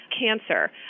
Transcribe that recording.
cancer